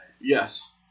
Yes